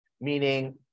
meaning